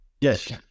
Yes